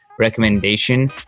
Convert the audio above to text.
recommendation